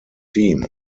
team